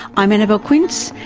i'm annabelle quince,